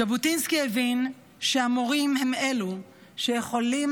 ז'בוטינסקי הבין שהמורים הם אלו שיכולים